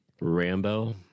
Rambo